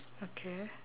okay